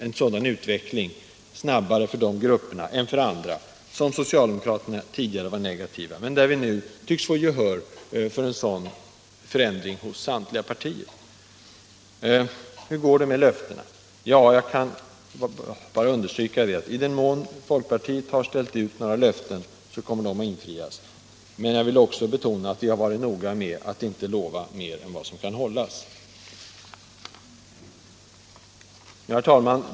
En sådan utveckling — snabbare för de grupperna än för andra —- som socialdemokraterna tidigare var negativa till, tycks vi nu få gehör för hos samtliga partier. Hur går det med löftena? Jag kan bara understryka att i den mån folkpartiet har ställt ut några löften kommer de att infrias. Men jag vill också betona att vi har varit noga med att inte lova mer än vad som kan hållas. Herr talman!